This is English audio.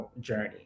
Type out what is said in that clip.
journey